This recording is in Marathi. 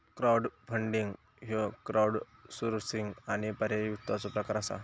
क्राउडफंडिंग ह्यो क्राउडसोर्सिंग आणि पर्यायी वित्ताचो प्रकार असा